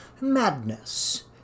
madness